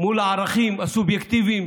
מול הערכים הסובייקטיביים